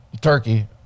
Turkey